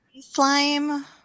Slime